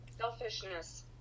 Selfishness